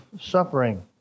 suffering